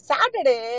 Saturday